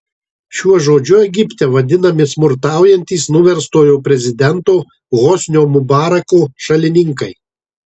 šiuo žodžiu egipte vadinami smurtaujantys nuverstojo prezidento hosnio mubarako šalininkai